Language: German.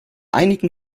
einigen